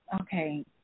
Okay